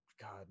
God